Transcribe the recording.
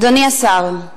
אדוני השר,